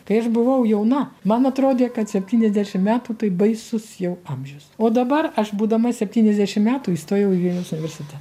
kai aš buvau jauna man atrodė kad septyniasdešim metų tai baisus jau amžius o dabar aš būdama septyniasdešim metų įstojau į vilniaus universite